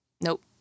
Nope